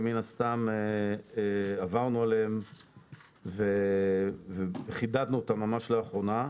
ומן הסתם עברנו עליהם וחידדנו אותם ממש לאחרונה.